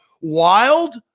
wild